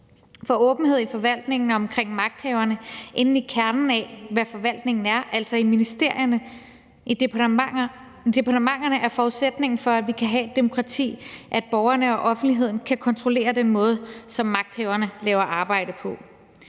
For åbenhed i forvaltningen og omkring magthaverne inde i kernen af, hvad forvaltningen er, altså i ministerierne, i departementerne, er forudsætningen for, at vi kan have et demokrati, altså at borgerne og offentligheden kan kontrollere den måde, som magthaverne laver arbejde på.